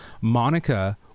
monica